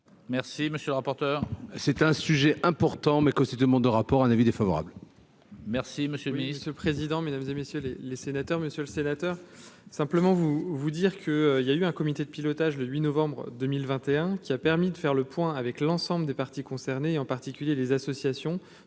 Merci, monsieur le rapporteur, c'est un sujet hein. Pourtant, mais que cette demande de rapport, un avis défavorable. Merci monsieur ce président, mesdames et messieurs les les sénateurs, monsieur le sénateur. Simplement, vous vous dire que, il y a eu un comité de pilotage le 8 novembre 2021 qui a permis de faire le point avec l'ensemble des parties concernées, en particulier les associations